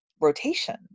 rotation